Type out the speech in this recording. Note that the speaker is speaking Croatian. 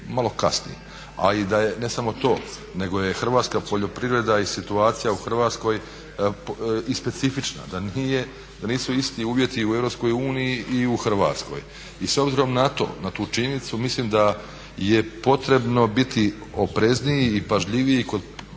malo kasni, a i da je ne samo to nego je hrvatska poljoprivreda i situacija u Hrvatskoj i specifična, da nisu uvjeti u EU i u Hrvatskoj. I s obzirom na to, na tu činjenicu mislim da je potrebno biti oprezniji i pažljiviji kod